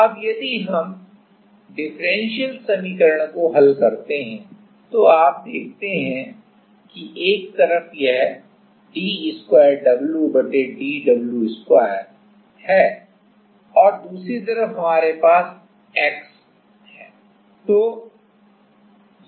अब यदि हम डिफरेंशियल समीकरण को हल करते हैं तो आप देखते हैं कि एक तरफ यह d2wdw2 वर्ग है और दूसरी तरफ हमारे पास x है